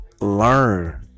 learn